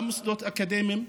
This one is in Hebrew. גם מוסדות אקדמיים.